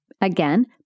again